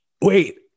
wait